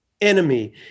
enemy